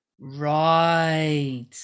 Right